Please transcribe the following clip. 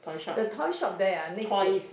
the toy shop there ah next to